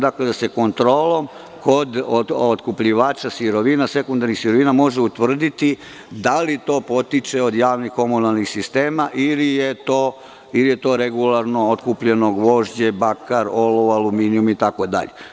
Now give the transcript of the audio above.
Dakle, da se kontrolom kod otkupljivača sekundarnih sirovina može utvrditi da li to potiče od javnih komunalnih sistema ili je to regularno otkupljeno gvožđe, bakar, olovo, aluminijum itd.